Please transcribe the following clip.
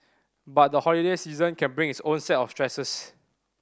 but the holiday season can bring its own set of stresses